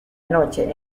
noche